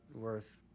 worth